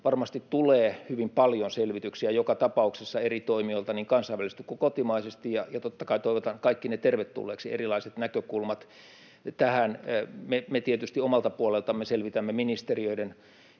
Varmasti tulee hyvin paljon selvityksiä joka tapauksessa eri toimijoilta niin kansainvälisesti kuin kotimaisesti, ja totta kai toivotan kaikki ne tervetulleeksi, erilaiset näkökulmat tähän. Me tietysti omalta puoleltamme selvitämme ministeriöiden